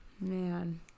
Man